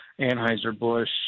Anheuser-Busch